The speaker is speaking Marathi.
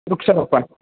वृक्षारोपण